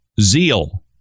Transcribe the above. zeal